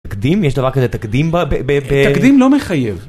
תקדים יש דבר כזה תקדים ב - תקדים לא מחייב.